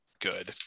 good